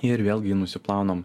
ir vėlgi nusiplaunam